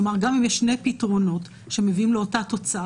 כלומר גם אם יש שני פתרונות שמביאים לאותה תוצאה,